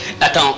Attends